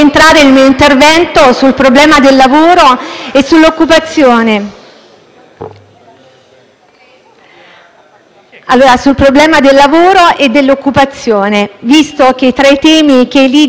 sul problema del lavoro e dell'occupazione, visto che tra i temi che i *leader* europei affronteranno c'è proprio quello dell'occupazione, della crescita e della competitività.